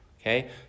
Okay